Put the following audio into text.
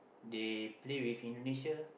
they play with Indonesia